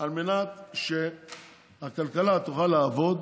על מנת שהכלכלה תוכל לעבוד,